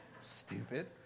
Stupid